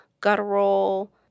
guttural